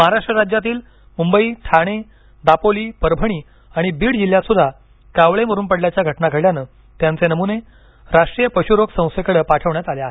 महाराष्ट्र राज्यातील मुंबई ठाणे दापोली परभणी आणि बीड जिल्ह्यातही कावळे मरून पडल्याच्या घात्रा घडल्यानं त्यांचे नमुने राष्ट्रीय पशुरोग संस्थेकडं पाठवण्यात आले आहेत